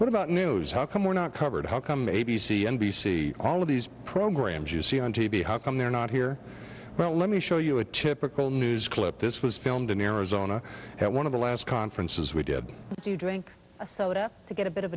what about news how come we're not covered how come a b c n b c all of these programs you see on t v how come they're not here well let me show you a typical news clip this was filmed in arizona at one of the last conferences we did you drink a soda to get a bit of